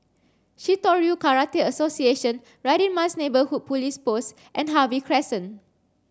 Shitoryu Karate Association Radin Mas Neighbourhood Police Post and Harvey Crescent